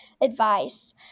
advice